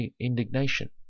indignation